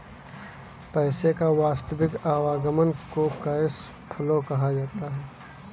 पैसे का वास्तविक आवागमन को कैश फ्लो कहा जाता है